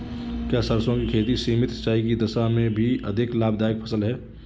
क्या सरसों की खेती सीमित सिंचाई की दशा में भी अधिक लाभदायक फसल है?